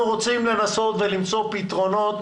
אנחנו רוצים לנסות ולמצוא פתרונות